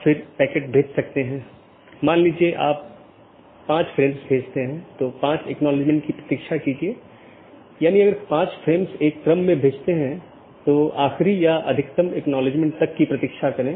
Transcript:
बाहरी gateway protocol जो एक पाथ वेक्टर प्रोटोकॉल का पालन करते हैं और ऑटॉनमस सिस्टमों के बीच में सूचनाओं के आदान प्रदान की अनुमति देता है